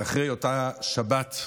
אחרי אותה שבת שתיזכר,